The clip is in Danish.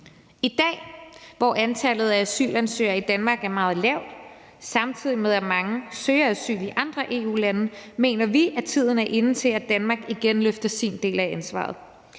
I dag, hvor antallet af asylansøgere i Danmark er meget lavt, samtidig med at mange søger asyl i andre EU-lande, mener vi, at tiden er inde til, at Danmark igen løfter sin del af ansvaret.